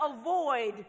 avoid